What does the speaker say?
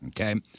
Okay